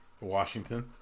Washington